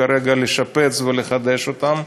כרגע לשפץ ולחדש אותם.